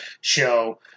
show